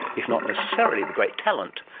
if not necessarily the great talent,